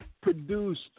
produced